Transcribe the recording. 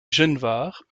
genevard